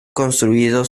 construido